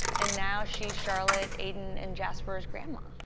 and now she's charlotte, aidan and jasper's grandma,